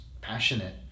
passionate